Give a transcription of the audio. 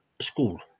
school